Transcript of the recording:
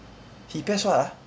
he PES what ah